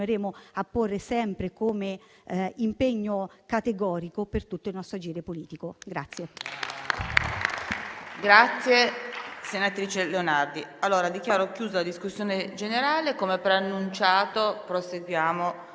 a porre sempre come impegno categorico per tutto il nostro agire politico.